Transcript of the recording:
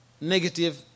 negative